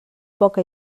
poca